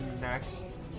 next